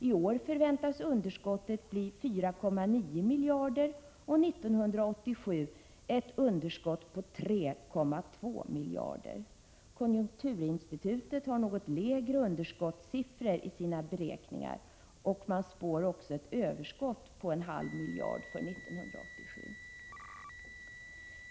I år förväntas underskottet bli 4,9 miljarder och 1987 3,2 miljarder. Konjunkturinstitutet har något lägre underskottssiffror i sina beräkningar, och där spår man t.o.m. att det 1987 skall bli ett överskott på 0,5 miljarder.